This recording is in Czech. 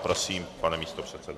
Prosím, pane místopředsedo.